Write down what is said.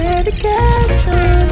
Medication